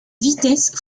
vitesse